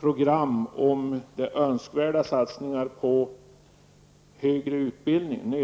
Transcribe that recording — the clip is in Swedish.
program om de satsningarna på högre utbildning.